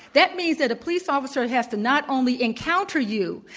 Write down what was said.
that means that a police officer has to not only encounter you,